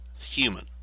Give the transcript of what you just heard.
human